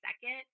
second